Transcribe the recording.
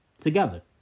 together